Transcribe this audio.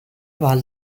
val